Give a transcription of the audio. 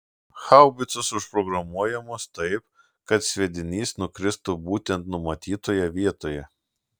haubicos užprogramuojamos taip kad sviedinys nukristų būtent numatytoje vietoje